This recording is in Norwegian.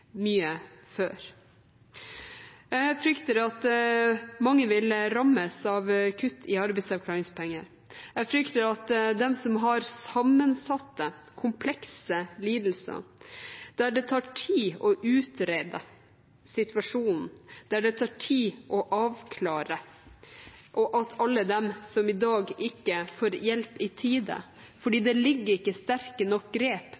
mye før. Jeg frykter at mange vil rammes av kutt i arbeidsavklaringspenger. Jeg frykter at alle de som har sammensatte komplekse lidelser, der det tar tid å utrede situasjonen, der det tar tid å avklare, i dag ikke får hjelp i tide, fordi det ikke foreligger sterke nok grep